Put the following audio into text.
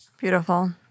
Beautiful